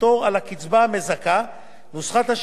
נוסחת השילוב החדש שנקבעה מבטיחה, בין השאר,